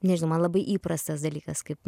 nežinau man labai įprastas dalykas kaip